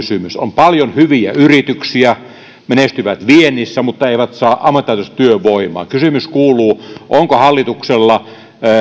työvoimapulasta on paljon hyviä yrityksiä jotka menestyvät viennissä mutta eivät saa ammattitaitoista työvoimaa kysymys kuuluu onko hallituksella